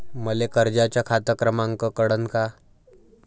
मले कर्जाचा खात क्रमांक कळन का?